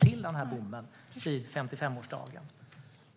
den här bommen slår till på 55-årsdagen.